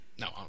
no